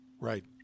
Right